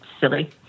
silly